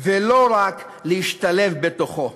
ולא רק להשתלב בתוכו.